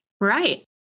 Right